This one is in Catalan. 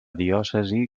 diòcesi